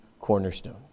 cornerstone